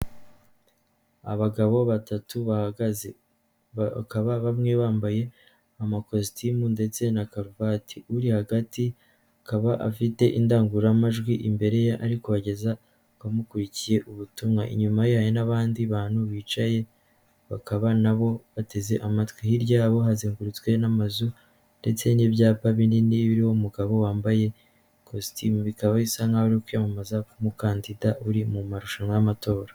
Abagabo batatu bahagaze, bakaba bamwe bambaye amakositimu ndetse na karuvati, uri hagati akaba afite indangururamajwi imbere ye ari kugeza ku bamukurikiye ubutumwa, inyuma yayo hari n'abandi bantu bicaye, bakaba nabo bateze amatwi hirya yabo hazengurutswe n'amazu ndetse n'ibyapa binini biririmo umugabo wambaye ikositimu ikaba isa nkaho ari kwiyamamaza nk'umukandida uri mu marushanwa y'amatora.